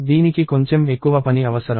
దీనికి కొంచెం ఎక్కువ పని అవసరం